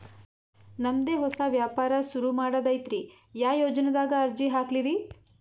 ನಮ್ ದೆ ಹೊಸಾ ವ್ಯಾಪಾರ ಸುರು ಮಾಡದೈತ್ರಿ, ಯಾ ಯೊಜನಾದಾಗ ಅರ್ಜಿ ಹಾಕ್ಲಿ ರಿ?